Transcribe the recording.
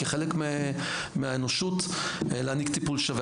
כחלק מהאנושות להעניק טיפול שווה,